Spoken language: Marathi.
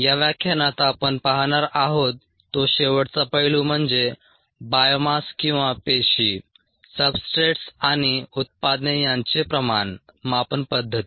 या व्याख्यानात आपण पाहणार आहोत तो शेवटचा पैलू म्हणजे बायोमास किंवा पेशी सब्सट्रेट्स आणि उत्पादने यांचे प्रमाण मापन पद्धती